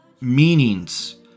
meanings